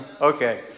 Okay